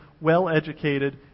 well-educated